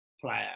player